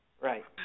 Right